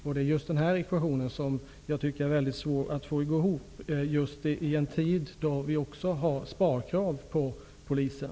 Det är just den ekvationen som jag tycker är mycket svår att få att gå ihop i en tid när vi också har sparkrav på polisen.